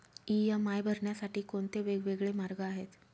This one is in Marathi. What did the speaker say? इ.एम.आय भरण्यासाठी कोणते वेगवेगळे मार्ग आहेत?